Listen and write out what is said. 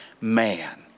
man